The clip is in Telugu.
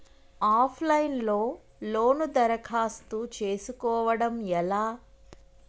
ఆఫ్ లైన్ లో లోను దరఖాస్తు చేసుకోవడం ఎలా?